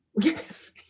Yes